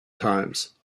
times